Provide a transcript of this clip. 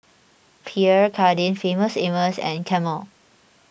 Pierre Cardin Famous Amos and Camel